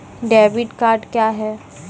Debit card क्या हैं?